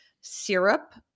syrup